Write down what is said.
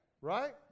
right